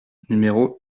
numéro